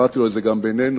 אמרתי לו את זה גם בינינו,